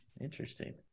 Interesting